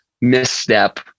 misstep